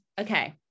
Okay